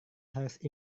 harus